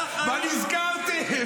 מה נזכרתם?